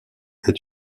est